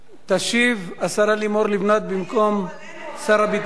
תשיב השרה לימור לבנת במקום שר הביטחון.